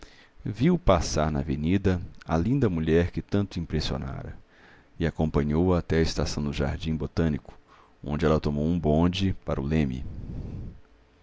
viu passar na avenida a linda mulher que tanto o impressionara e acompanhou-a até a estação do jardim botânico onde ela tomou um bonde para o leme